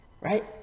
right